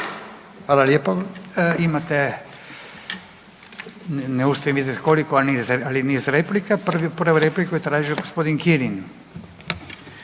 Hvala lijepo. Imate, ne znam koliko ali je niz replika, prvu repliku je tražio g. Kirin.